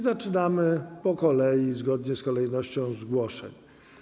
Zaczynamy po kolei, zgodnie z kolejnością zgłoszeń.